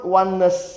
oneness